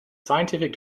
scientific